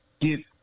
get